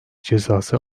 cezası